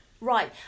right